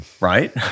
right